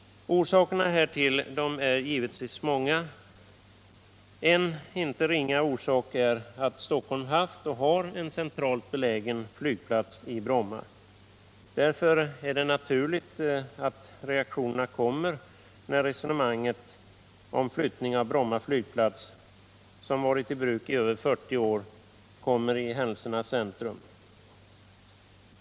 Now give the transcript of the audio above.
Orsakerna härtill är givetvis många. En inte ringa orsak är att Stockholm haft och har en centralt belägen flygplats i Bromma. Därför är det naturligt att reaktioner uppstår när resonemanget om flyttning av Bromma flygplats, som varit i bruk mer än 40 år, kommer i centrum.